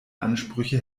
ansprüche